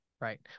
Right